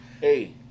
Hey